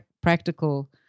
practical